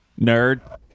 Nerd